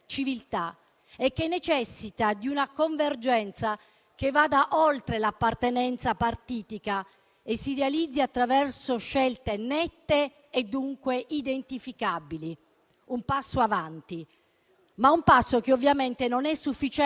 che riconosca il valore del confronto con le competenze, con le sensibilità diverse e con i linguaggi nuovi che l'universo femminile quotidianamente mette in campo. È questa una priorità culturale che necessita di determinazione e di coraggio.